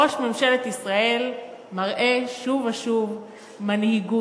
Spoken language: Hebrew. ראש ממשלת ישראל מראה שוב ושוב מנהיגות,